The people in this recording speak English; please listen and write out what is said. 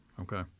Okay